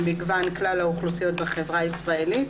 ממגוון כלל האוכלוסיות בחברה הישראלית,